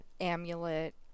Amulet